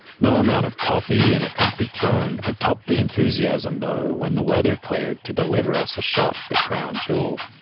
no amount of coffee and a comfy throne could top the enthusiasm though when the weather cleared to deliver a shot at the crown jewel.